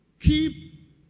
keep